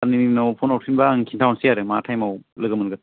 साननैनि उनाव फन हरफिनबा आं खिनथा हरनोसै आरो मा टाइमाव लोगो मोनगोन